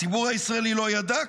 הציבור הישראלי לא ידע,